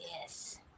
Yes